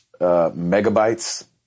megabytes